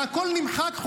והכול נמחק,